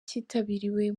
cyitabiriwe